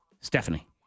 Stephanie